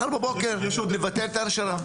מחר בבוקר אפשר לבטל את ההנשרה.